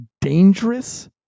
dangerous